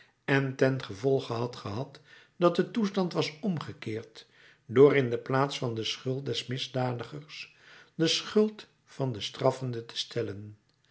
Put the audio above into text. en tengevolge had gehad dat de toestand was omgekeerd door in de plaats van de schuld des misdadigers de schuld van den straffende te stellen